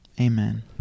amen